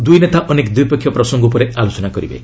ଦୁଇନେତା ଅନେକ ଦ୍ୱିପକ୍ଷୀୟ ପ୍ରସଙ୍ଗ ଉପରେ ଆଲୋଚନା କରିବେ